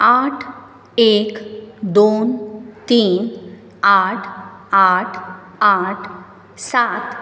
आठ एक दोन तीन आठ आठ आठ सात